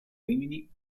rimini